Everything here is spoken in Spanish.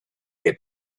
que